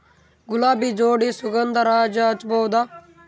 ಗುಲಾಬಿ ಜೋಡಿ ಸುಗಂಧರಾಜ ಹಚ್ಬಬಹುದ?